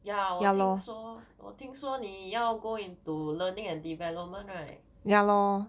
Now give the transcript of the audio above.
ya 我听说我听说你要 go into learning and development right